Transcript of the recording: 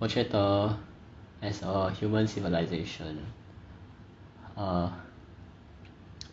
我觉得 as a human civilization err